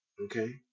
Okay